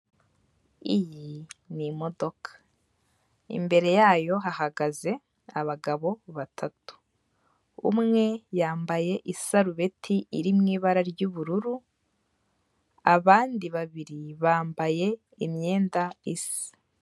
Iyi ni imodoka, imbere yayo hahagaze abagabo batatu, umwe yambaye isarubeti iri mu ibara ry'ubururu, abandi babiri bambaye imyenda isa.